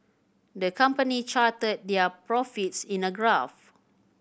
the company charted their profits in a graph